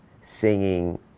singing